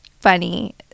funny